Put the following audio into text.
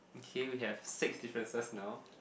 okay we have six differences now